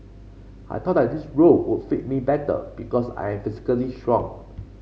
I thought that this role would fit me better because I am physically strong